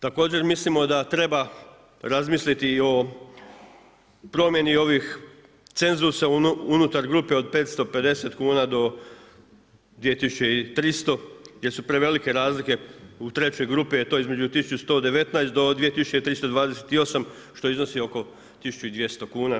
Također mislimo da treba razmisliti i o promjeni ovih cenzusa unutar grupe od 550 kuna do 2.300 jer su prevelike razlike u 3. grupe, a to je između 1.119 do 2.328 što iznosi oko 1.200 kuna.